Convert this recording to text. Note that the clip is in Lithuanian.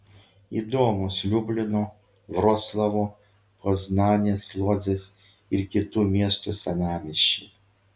įdomūs liublino vroclavo poznanės lodzės ir kitų miestų senamiesčiai